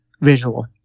visual